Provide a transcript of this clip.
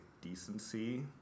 decency